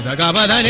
like um ah da da